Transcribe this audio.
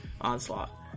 Onslaught